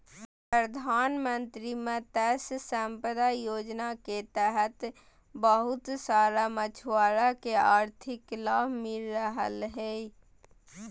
प्रधानमंत्री मत्स्य संपदा योजना के तहत बहुत सारा मछुआरा के आर्थिक लाभ मिल रहलय हें